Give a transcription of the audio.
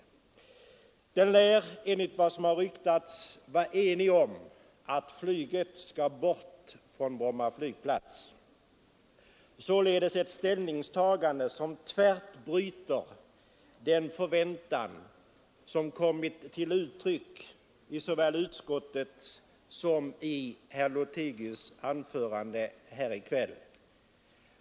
Utredningen lär — enligt vad som har ryktats — vara enig om att flyget skall bort från Bromma. Det är således ett ställningstagande som tvärt bryter den förväntan som kommit till uttryck i såväl utskottets skrivning som herr Lothigius” anförande här i kväll.